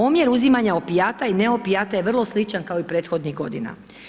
Omjer uzimanja opijata i ne opijata je vrlo sličan kao i prethodnih godina.